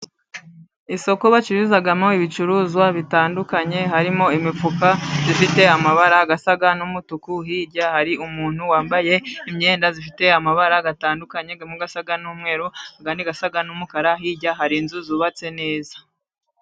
Isoko bacururizamo ibicuruzwa bitandukanye, harimo imifuka ifite amabara asa n'umutuku, hirya hari umuntu wambaye imyenda ifite amabara atandukanye, amwe asa n'umweru, andi asa n'umukara. Hirya hari inzu zubatse neza.